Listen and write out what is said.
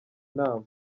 inama